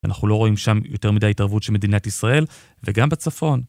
אנחנו לא רואים שם יותר מדי התערבות שמדינת ישראל וגם בצפון.